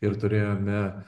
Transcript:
ir turėjome